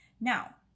Now